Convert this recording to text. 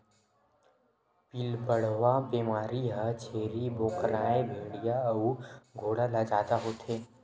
पिलबढ़वा बेमारी ह छेरी बोकराए भेड़िया अउ घोड़ा ल जादा होथे